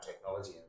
technology